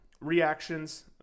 reactions